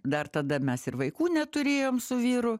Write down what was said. dar tada mes ir vaikų neturėjom su vyru